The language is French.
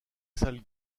sales